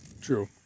True